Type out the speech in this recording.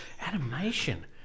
Animation